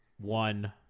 one